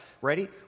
Ready